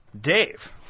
Dave